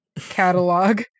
catalog